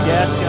Yes